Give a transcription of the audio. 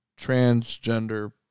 transgender